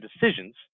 decisions